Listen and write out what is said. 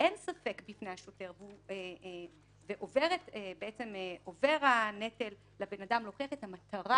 כשאין ספק בפני השוטר והנטל עובר לאדם להוכיח את המטרה